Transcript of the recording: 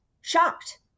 shocked